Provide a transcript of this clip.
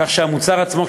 כך שהמוצר עצמו,